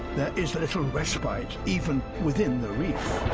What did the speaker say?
there is little respite, even within the reef.